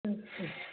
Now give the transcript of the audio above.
ம் ம்